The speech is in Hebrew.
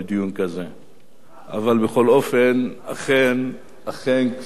אבל בכל אופן, אכן כפי שנאמר,